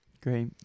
Great